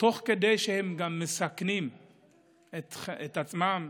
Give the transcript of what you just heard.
תוך כדי שהם מסכנים את עצמם